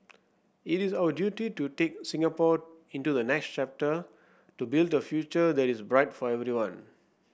it is our duty to take Singapore into the next chapter to build a future that is bright for everyone